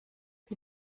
für